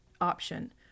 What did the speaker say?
option